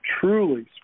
truly